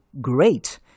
great